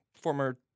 former